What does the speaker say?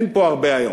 אין פה הרבה היום.